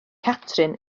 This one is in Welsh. catrin